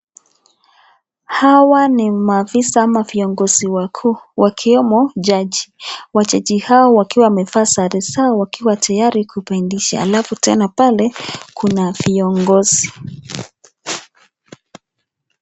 Hawa ni maafisa ama viongozi wa kuu wakiwemo jaji, majaji hao wakiwa wamevaa sare zao wakiwa tayari (cs)kuprintisha(cs) alafu tena pale kuna viongozi.